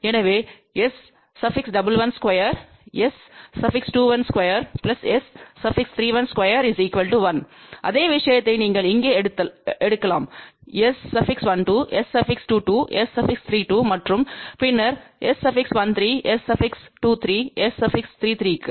எனவே S112S212S312 1 அதே விஷயத்தை நீங்கள் இங்கே எழுதலாம் S12S22S32மற்றும் பின்னர் S13S23S33 க்கு